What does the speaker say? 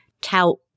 tout